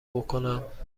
بکنم